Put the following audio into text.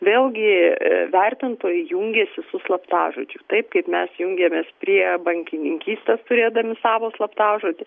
vėlgi vertintojai jungiasi su slaptažodžiu taip kaip mes jungiamės prie bankininkystės turėdami savo slaptažodį